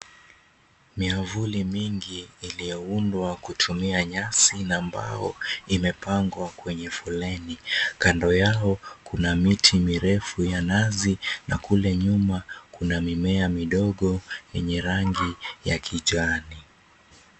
Miavuli mingi iliyoundwa kutumia nyasi na mbao, imepangwa kwenye foleni. Kando yao, kuna miti mirefu ya nazi na kule nyuma kuna mimea midogo yenye rangi ya kijani.